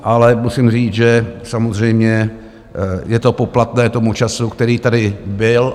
Ale musím říct, že samozřejmě je to poplatné tomu času, který tady byl.